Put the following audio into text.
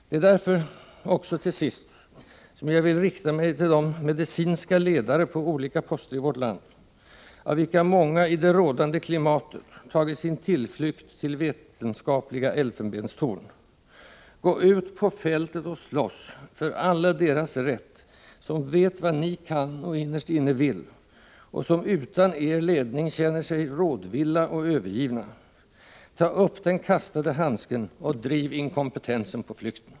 Jag vill därför också till sist rikta mig till de medicinska ledarna på olika poster i vårt land, av vilka många i det rådande klimatet tagit sin tillflykt till vetenskapliga elfenbenstorn: Gå ut på fältet och slåss för alla deras rätt som vet vad ni kan och innerst inne vill, men som utan er ledning känner sig rådvilla och övergivna. Tag upp den kastade handsken och driv inkompetensen på flykten!